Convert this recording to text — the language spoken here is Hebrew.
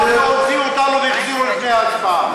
אף פעם לא הוציאו אותנו והחזירו לפני הצבעה.